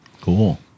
Cool